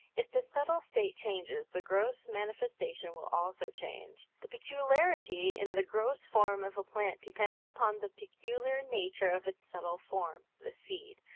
if the subtle state changes, the gross manifestation will also change. the peculiarity in the gross form of a plant depends upon the peculiar nature of its subtle form, the seed.